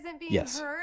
Yes